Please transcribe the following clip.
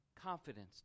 Confidence